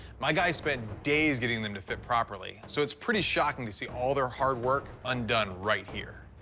my guys spent days getting them to fit properly, so it's pretty shocking to see all their hard work undone right here.